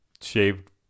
shaved